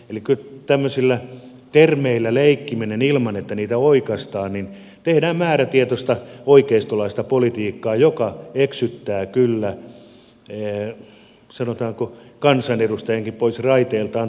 kyllä tämmöisillä termeillä leikkimällä ilman että niitä oikaistaan tehdään määrätietoista oikeistolaista politiikkaa joka eksyttää kyllä sanotaanko kansanedustajankin pois raiteiltaan todellisuuden tieltä